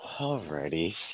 Alrighty